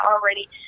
already